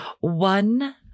one-